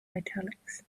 italics